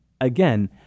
again